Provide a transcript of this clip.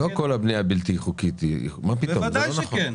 לא כל הבנייה הבלתי חוקית, מה פתאום, זה לא נכון.